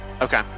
Okay